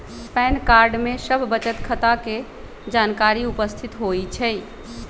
pan card में सभ बचत खता के जानकारी उपस्थित होइ छइ